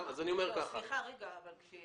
גם לגבי